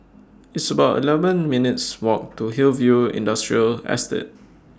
It's about eleven minutes' Walk to Hillview Industrial Estate